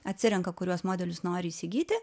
atsirenka kuriuos modelius nori įsigyti